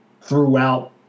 throughout